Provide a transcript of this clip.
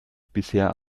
bisher